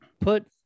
put